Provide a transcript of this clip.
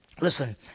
Listen